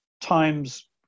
Times